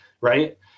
right